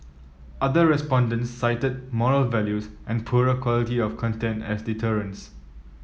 other respondents cited moral values and poorer quality of content as deterrents